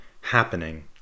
happening